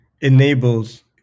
enables